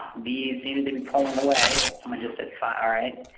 b seems to be pulling away. someone just said